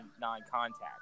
non-contact